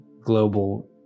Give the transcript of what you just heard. global